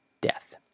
death